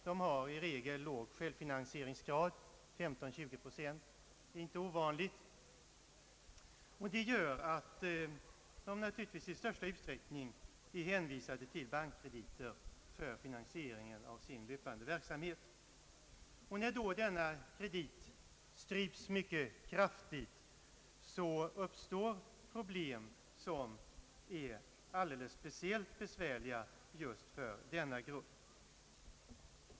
De har i regel låg självfinansieringsgrad — 15—20 procent är inte ovanligt — och det gör att de naturligtvis i största utsträckning är hänvisade till bankkrediter för finansieringen av sin löpande verksamhet. När då denna kreditmöjlighet stryps mycket kraftigt uppstår problem, som är alldeles speciellt besvärliga just för denna grupp.